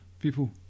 people